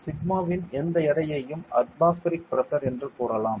சிக்மாவின் எந்த எடையையும் atmospheric pressure என்று கூறலாம்